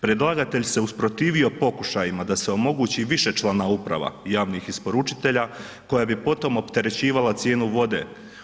Predlagatelj se usprotivio pokušajima da se omogući višečlana uprava javnih isporučitelja koja bi potom opterećivala cijenu vode.